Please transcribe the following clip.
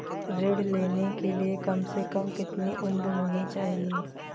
ऋण लेने के लिए कम से कम कितनी उम्र होनी चाहिए?